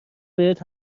بهت